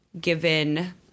given